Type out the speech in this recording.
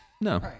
No